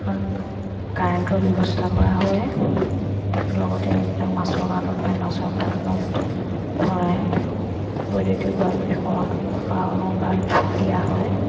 কাৰেণ্টৰ ব্যৱস্থা কৰা হয় লগতে এইবিলাক মাছৰ কাৰ্টন পায় মাছৰ কাৰ্টনত পৰাই বৈদ্যুতিক বাল্ব এশ পাৱাৰৰ বাল্ব দিয়া হয়